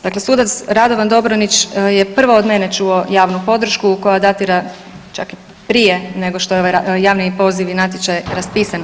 Dakle, sudac Radovan Dobronić je prvo od mene čuo javnu podršku koja datira čak i prije nego što je ovaj javni poziv i natječaj raspisan.